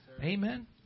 Amen